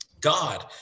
God